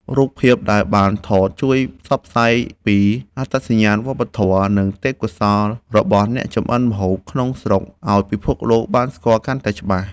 រូបភាពដែលបានថត ជួយផ្សព្វផ្សាយពីអត្តសញ្ញាណវប្បធម៌ និងទេពកោសល្យរបស់អ្នកចម្អិនម្ហូបក្នុងស្រុកឱ្យពិភពលោកបានស្គាល់កាន់តែច្បាស់។